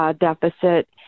deficit